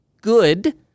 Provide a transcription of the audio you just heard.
good